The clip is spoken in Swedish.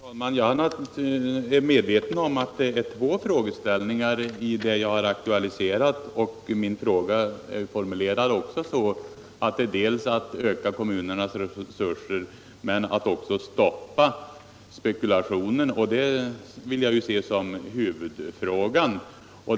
Herr talman! Jag är medveten om att det är två frågeställningar som jag har aktualiserat. Min fråga omfattade också dels möjligheter att öka kommunernas resurser, dels åtgärder för att stoppa spekulationen, och det vill jag nog se som huvudfrågan.